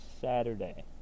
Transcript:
Saturday